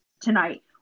tonight